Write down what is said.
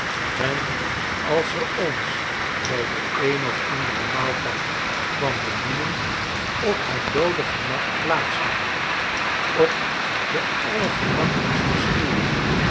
en als ze ons by den een of anderen maaltijd kwam bedienen op haar doode gemak plaats nam op den allergemakkelijksten stoel